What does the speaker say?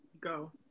go